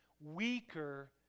weaker